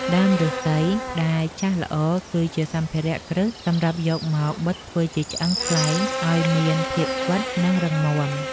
ដើមឫស្សីដែលចាស់ល្អ គឺជាសម្ភារៈគ្រឹះសម្រាប់យកមកបិតធ្វើជាឆ្អឹងខ្លែងឱ្យមានភាពស្វិត និងរឹងមាំ។